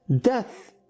Death